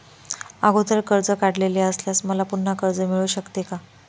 अगोदर कर्ज काढलेले असल्यास मला पुन्हा कर्ज मिळू शकते का?